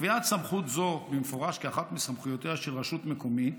קביעת סמכות זו במפורש כאחת מסמכויותיה של רשות מקומית